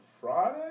Friday